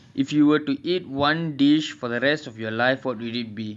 if you were to eat one dish for the rest of your life what would it be